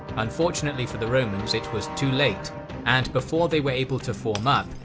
unfortunately for the romans, it was too late and before they were able to form up,